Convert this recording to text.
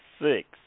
six